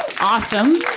awesome